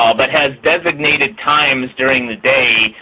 um but has designated times during the day,